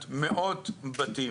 כאלה,